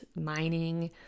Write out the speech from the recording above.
mining